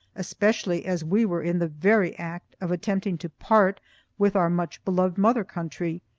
especially as we were in the very act of attempting to part with our much-beloved mother country,